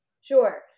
sure